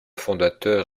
fondateur